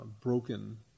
broken